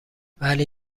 ولی